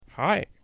Hi